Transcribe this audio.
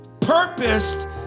purposed